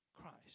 Christ